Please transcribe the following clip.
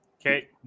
Okay